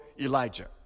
Elijah